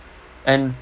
and